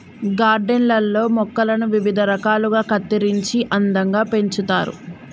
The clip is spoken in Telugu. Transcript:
గార్డెన్ లల్లో మొక్కలను వివిధ రకాలుగా కత్తిరించి అందంగా పెంచుతారు